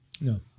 No